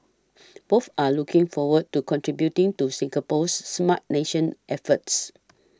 both are looking forward to contributing to Singapore's Smart Nation efforts